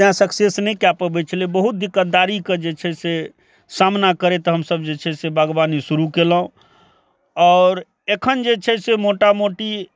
तैं सक्सेस नहि कए पबै छलै बहुत दिक्क्तदारीके जे छै से सामना करैत हमसभ जे छै से बागवानी शुरू कयलहुँ आओर एखन जे छै से मोटा मोटी